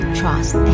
trust